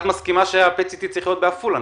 את מסכימה לכך שה- PET-CTצריך להיות בעפולה,